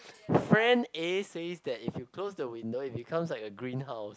friend A says that if you close the window it becomes like a greenhouse